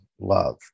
love